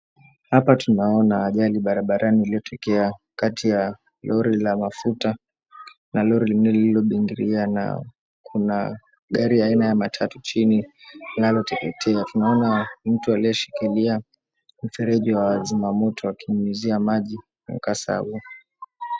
Hapa tunaona ajali barabarani iliyotekea lori ya mafuta na Lori lingine lililobingiria na kuna gari aina ya matatu chini linaloteketea. Tunaona mtu aliyeshikilia mfereji wa zima moto akinyunyizia maji mkasa huo.